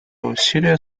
усилия